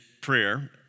prayer